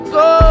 go